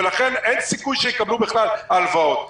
ולכן אין סיכוי שיקבלו בכלל הלוואות.